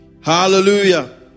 Hallelujah